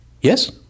Yes